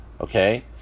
okay